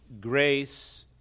grace